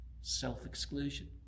self-exclusion